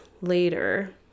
later